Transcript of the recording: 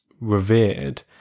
revered